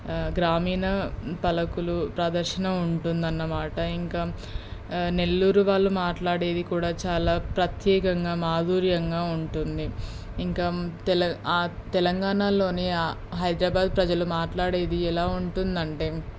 గ్రామీణ పలకులు ప్రదర్శన ఉంటుందన్నమాట ఇంకా నెల్లూరు వాళ్ళు మాట్లాడేది కూడా చాలా ప్రత్యేకంగా మాధుర్యంగా ఉంటుంది ఇంకా తెల తెలంగాణలోని హైదరాబాదు ప్రజలు మాట్లాడేది ఎలా ఉంటుందంటే